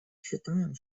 считаем